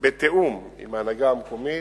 בתיאום עם ההנהגה המקומית,